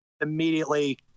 immediately